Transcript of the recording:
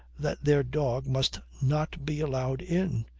that their dog must not be allowed in.